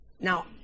Now